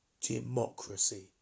democracy